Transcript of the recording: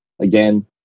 again